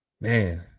man